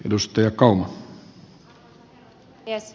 arvoisa herra puhemies